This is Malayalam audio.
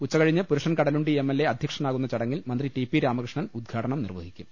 ഉച്ചകഴിഞ്ഞ് Purushan Kadalundi M L A അധ്യക്ഷനാകുന്ന ചടങ്ങിൽ മന്ത്രി ടി പി രാമകൃഷ്ണൻ ഉദ്ഘാടനം നിർവഹിക്കും